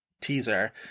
teaser